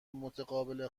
متقابل